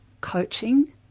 coaching